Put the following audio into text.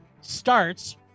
starts